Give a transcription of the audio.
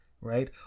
right